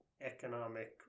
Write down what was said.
economic